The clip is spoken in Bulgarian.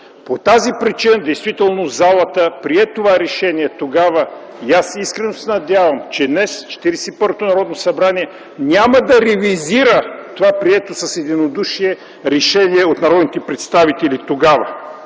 По тази причина действително залата прие това решение тогава и аз искрено се надявам, че днес Четиридесет и първото Народно събрание няма да ревизира това прието тогава с единодушие решение от народните представители.